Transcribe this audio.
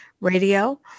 Radio